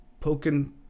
poking